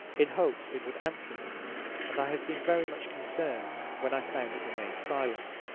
in hopes it would answer me and i have been very much concerned when i found it remained silent.